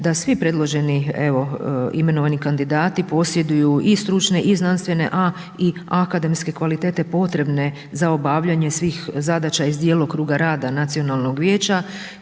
da svi predloženi evo imenovani kandidati posjeduju i stručne i znanstvene a i akademske kvalitete potrebne za obavljanje svih zadaća iz djelokruga rada Nacionalnog vijeća